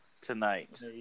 tonight